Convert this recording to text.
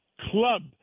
club